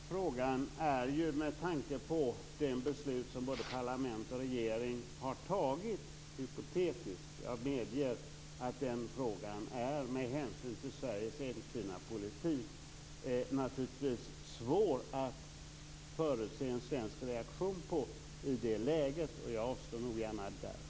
Herr talman! Den frågan är ju med tanke på det beslut som både parlament och regering har tagit hypotetisk. Jag medger att det med hänsyn till Sveriges ett-Kina-politik naturligtvis är svårt att förutse en svensk reaktion. Jag avstår gärna från att svara på den frågan.